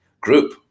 group